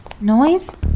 Noise